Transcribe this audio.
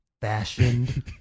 fashioned